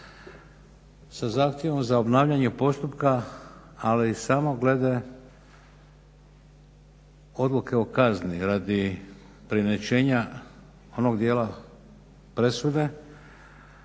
sa zahtjevom za obnavljanje postupka ali samo glede odluke o kazni radi preinačenja onog dijela presude